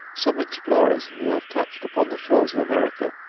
some explorers who have touched upon the shores of america,